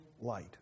light